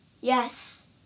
Yes